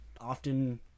often